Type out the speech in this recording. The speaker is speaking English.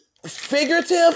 Figurative